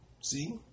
See